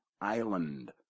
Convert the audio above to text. island